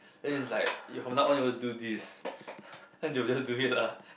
and is like from now on you all do this then they will just do it lah